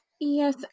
Yes